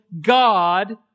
God